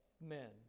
men